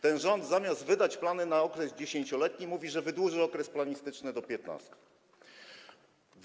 Ten rząd, zamiast wydać plany na okres 10-letni, mówi, że wydłuży okres planistyczny do 15 lat.